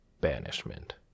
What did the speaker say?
banishment